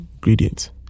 gradient